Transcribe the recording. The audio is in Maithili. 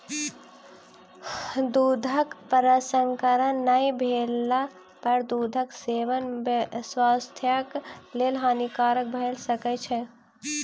दूधक प्रसंस्करण नै भेला पर दूधक सेवन स्वास्थ्यक लेल हानिकारक भ सकै छै